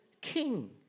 king